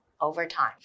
overtime